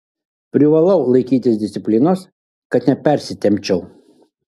privalau laikytis disciplinos kad nepersitempčiau